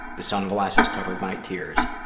the sunglasses covered my tears.